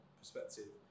perspective